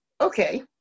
okay